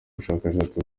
ubushakashatsi